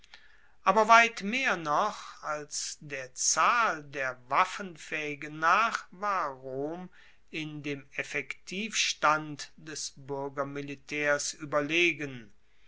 aber weit mehr noch als der zahl der waffenfaehigen nach war rom in dem effektivstand des buergermilitaers ueberlegen